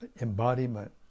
embodiment